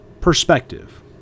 perspective